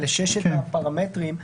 שלשת הפרמטרים -- כן.